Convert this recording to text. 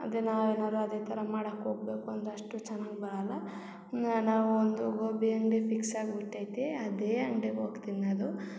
ಅದೇ ನಾವು ಏನಾದರು ಅದೆ ಥರ ಮಾಡಕ್ಕೆ ಹೋಗಬೇಕು ಅಂದರೆ ಅಷ್ಟು ಚೆನ್ನಾಗಿ ಬರಲ್ಲ ಇನ್ನ ನಾವು ಒಂದು ಗೋಬಿ ಅಂಗಡಿ ಫಿಕ್ಸ್ ಆಗ್ಬುಟೈತೆ ಅದೇ ಅಂಗ್ಡಿಗೆ ಹೋಗಿ ತಿನ್ನದು